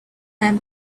man